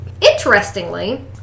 interestingly